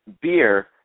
beer